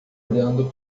olhando